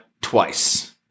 twice